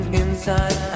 inside